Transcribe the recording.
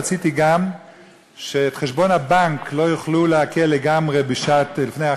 רציתי גם שאת חשבון הבנק לא יוכלו לעקל לגמרי לפני החג,